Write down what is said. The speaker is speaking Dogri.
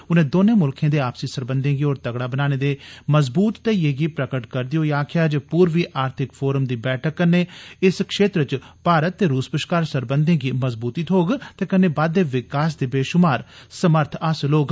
उनें दौनें मुल्खें दे आपसी सरबंधें गी होर तगड़ा बनाने दे मजबूत धेइयै गी प्रगट करदे होई आक्खेआ जे पूर्वी आर्थिक फोरम दी बैठक कन्नै इस क्षेत्र च भारत ते रूस बश्कार सरबंधे गी मजबूती थ्होग ते कन्नै बाद्दे विकास दे बेशुमार समर्थ हासल होग